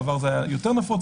בעבר זה היה יותר נפוץ,